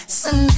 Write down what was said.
sun